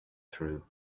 through